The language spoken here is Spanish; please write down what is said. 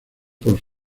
por